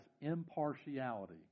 impartiality